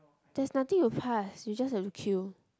there's nothing to pass you just have to kill